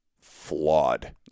flawed